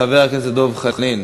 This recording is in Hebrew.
חבר הכנסת דב חנין.